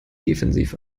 defensiv